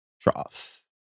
troughs